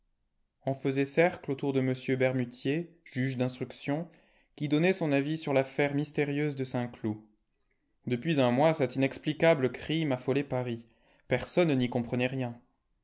on faisait cercle autour de m bermutier juge d'instruction qui donnait son avis sur l'affaire mystérieuse de saint cioud depuis un mois cet inexplicable crime affolait paris personne n'y comprenait rien